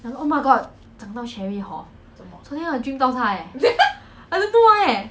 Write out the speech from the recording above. ya lor oh my god 讲到 sherri hor 昨天我 dream 到她 eh I don't know eh